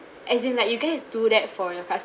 as in like you guys do that for your